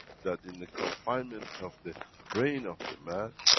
that in the confinement of the brain of the man,